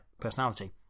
personality